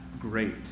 great